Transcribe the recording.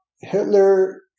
Hitler